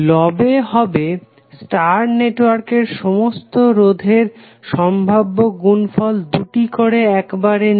লবে হবে স্টার নেটওয়ার্কের সমস্ত রোধের সম্ভাব্য গুনফল দুটি করে একবারে নিয়ে